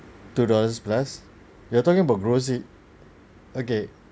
two dollars plus you're talking about grocery okay